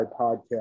podcast